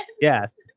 Yes